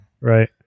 Right